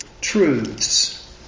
truths